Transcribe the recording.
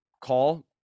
call